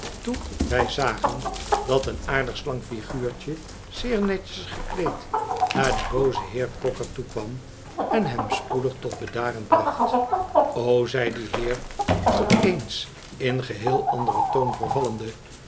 toen wij zagen dat een aardig slank figuurtje zeer netjes gekleed naar den boozen heer cocker toekwam en hem spoedig tot bedaren bracht o zei die heer op eens in geheel anderen toon vervallende